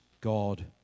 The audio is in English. God